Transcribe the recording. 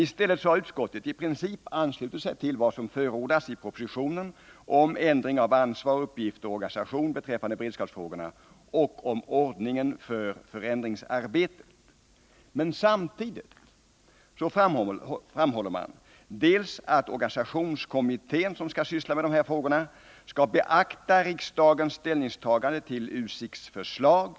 I stället har socialutskottet i princip anslutit sig till vad som förordas i propositionen om ändring av ansvar, uppgifter och organisation beträffande beredskapsfrågorna och om ordningen för förändringsarbetet. Men samtidigt framhåller socialutskottet att organisationskommittén, som skall syssla med dessa frågor, skall beakta riksdagens ställningstagande till USIK:s förslag.